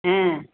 ஆ